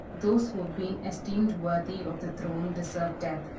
those who have been esteemed worthy of the throne deserve death,